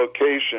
location